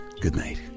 goodnight